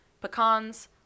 pecans